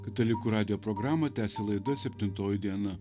katalikų radijo programą tęsia laida septintoji diena